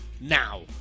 Now